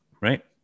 Right